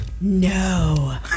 No